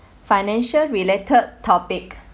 financial related topic